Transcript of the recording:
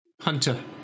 Hunter